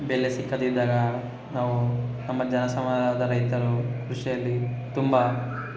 ಬೆಲೆ ಸಿಗದಿದ್ದಾಗ ನಾವು ನಮ್ಮ ಜನ ಸಾಮಾನ್ಯವಾದ ರೈತರು ಕೃಷಿಯಲ್ಲಿ ತುಂಬ